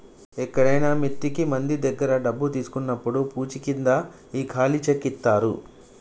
ఎక్కడైనా మిత్తికి మంది దగ్గర డబ్బు తీసుకున్నప్పుడు పూచీకింద ఈ ఖాళీ చెక్ ఇత్తారు